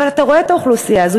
אבל אתה רואה את האוכלוסייה הזאת,